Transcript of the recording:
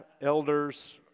elders